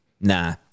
nah